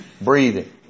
breathing